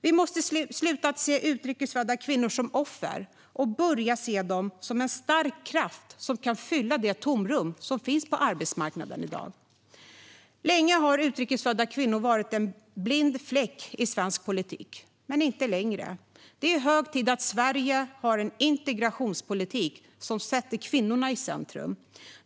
Vi måste sluta se utrikesfödda kvinnor som offer och börja se dem som en stark kraft som kan fylla det tomrum som finns på arbetsmarknaden i dag. Länge har utrikesfödda kvinnor varit en blind fläck i svensk politik, men inte längre. Det är hög tid att Sverige får en integrationspolitik som sätter kvinnorna i centrum.